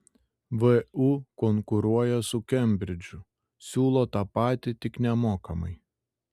vu konkuruoja su kembridžu siūlo tą patį tik nemokamai